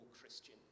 Christian